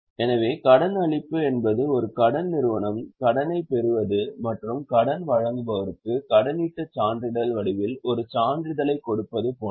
எனவே கடனளிப்பு என்பது ஒரு கடன் நிறுவனம் கடனைப் பெறுவது மற்றும் கடன் வழங்குபவருக்கு கடனீட்டு சான்றிதழ் வடிவில் ஒரு சான்றிதழைக் கொடுப்பது போன்றது